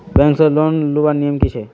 Bank से loan लुबार नियम की छे?